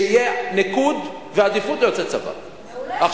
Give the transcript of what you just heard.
שיהיה ניקוד ועדיפות ליוצאי צבא.